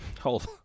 Hold